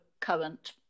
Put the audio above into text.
current